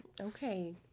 Okay